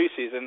preseason